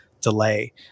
delay